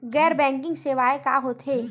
गैर बैंकिंग सेवाएं का होथे?